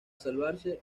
salvarse